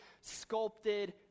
sculpted